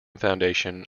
foundation